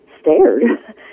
stared